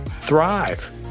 Thrive